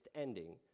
ending